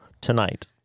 tonight